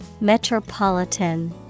Metropolitan